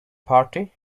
party